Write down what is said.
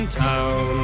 town ¶